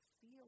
feel